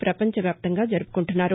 ప్రపవంచ వ్యాప్తంగా జరుపుకుంటున్నారు